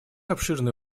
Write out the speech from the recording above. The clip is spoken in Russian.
обширный